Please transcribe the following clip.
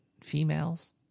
females